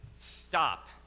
stop